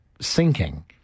sinking